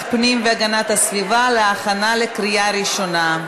הפנים והגנת הסביבה להכנה לקריאה ראשונה.